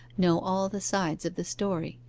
know all the sides of the story,